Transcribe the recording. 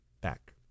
back